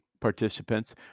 participants